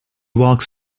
walks